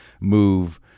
move